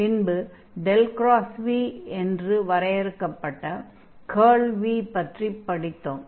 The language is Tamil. பின்பு v என்று வரையறுக்கப்பட்ட கர்ல் v பற்றிப் படித்தோம்